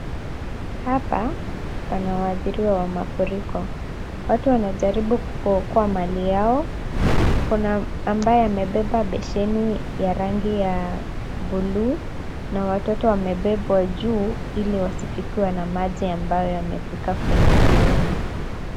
Hapa pana waadhiriwa wa mafuriko. Watu wanajaribu kuokoa mali yao. Kuna ambaye amebeba besheni ya rangi ya buluu, na watoto wamebebwa juu ili wasifikiwe na maji ambayo yamefika kwenye kiuno.